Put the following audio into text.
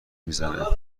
میزنه